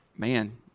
man